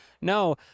no